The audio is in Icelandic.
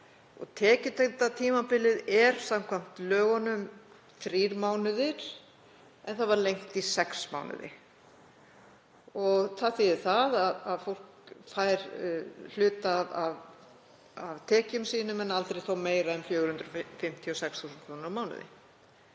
Tekjutengda tímabilið er samkvæmt lögunum þrír mánuðir en var lengt í sex mánuði. Það þýðir að fólk fær hluta af tekjum sínum en aldrei þó meira en 456.000 kr.